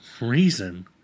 reason